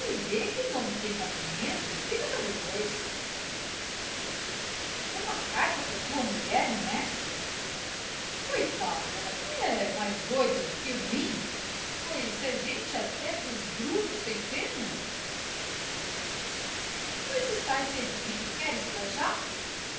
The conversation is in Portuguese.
que não tem cabimento fica prao depois uma carta para tua mulher não é coitada é mais doida do que ruim pois se a gente até dos brutos tem pena pois estás servido queres para já